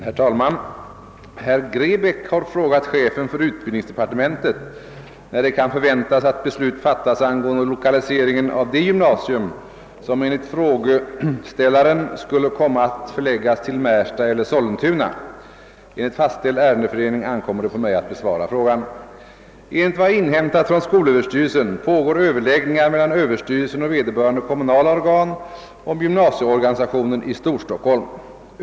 Herr talman! Herr Grebäck har frågat chefen för utbildningsdepartementet när det kan förväntas att beslut fattas angående lokaliseringen av det gymnasium som enligt frågeställaren skulle komma att förläggas till Märsta eller Sollentuna. Enligt fastställd ärendefördelning ankommer det på mig att besvara frågan. Enligt vad jag inhämtat från skolöverstyrelsen pågår överläggningar mellan överstyrelsen och vederbörande kommunala organ om gymnasieorganisationen i Storstockholm.